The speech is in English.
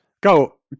Go